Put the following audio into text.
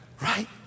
right